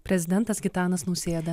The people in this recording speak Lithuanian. prezidentas gitanas nausėda